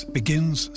begins